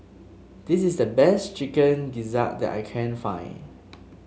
this is the best Chicken Gizzard that I can find